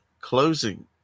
closing